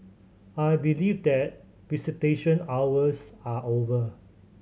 I believe that visitation hours are over